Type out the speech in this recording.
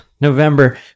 November